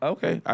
Okay